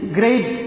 great